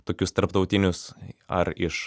tokius tarptautinius ar iš